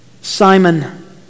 Simon